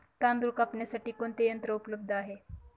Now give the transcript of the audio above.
तांदूळ कापण्यासाठी कोणते यंत्र उपलब्ध आहे?